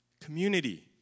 Community